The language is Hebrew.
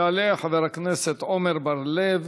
יעלה חבר הכנסת עמר בר-לב,